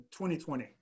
2020